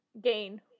gain